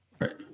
Right